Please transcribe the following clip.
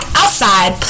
outside